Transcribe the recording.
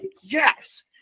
Yes